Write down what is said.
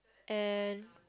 and